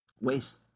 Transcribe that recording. waste